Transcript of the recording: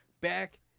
back